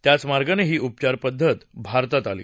त्याच मार्गानं ही उपचारपद्धत भारतात आली